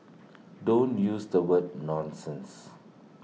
don't use the word nonsense